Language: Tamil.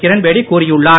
கிரண்பேடி கூறியுள்ளார்